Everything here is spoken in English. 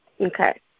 Okay